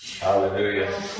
Hallelujah